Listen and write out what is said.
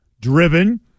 driven